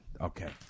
Okay